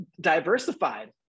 diversified